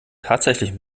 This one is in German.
tatsächlich